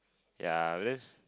ya this